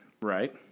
Right